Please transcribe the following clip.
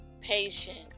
patient